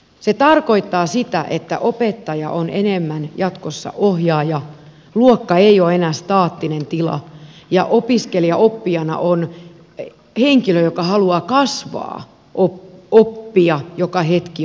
se tarkoittaa sitä että opettaja on jatkossa enemmän ohjaaja luokka ei ole enää staattinen tila ja opiskelija oppijana on henkilö joka haluaa kasvaa oppia joka hetki jotain uutta